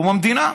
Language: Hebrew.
בקום המדינה.